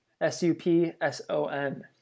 S-U-P-S-O-N